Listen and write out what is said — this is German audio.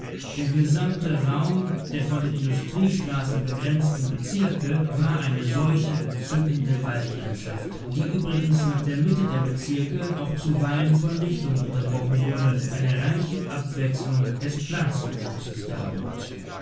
der gesamte raum der von den industriestraßen begrenzten bezirke war eine solche entzückende waldlandschaft die übrigens nach der mitte der bezirke zu auch zuweilen von lichtungen unterbrochen wurde und eine reiche abwechslung des pflanzenwuchses